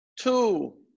two